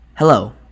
Hello